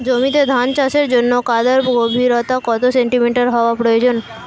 জমিতে ধান চাষের জন্য কাদার গভীরতা কত সেন্টিমিটার হওয়া প্রয়োজন?